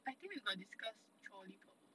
I think we got discuss trolley problem